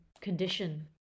condition